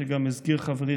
שגם הזכיר חברי,